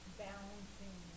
balancing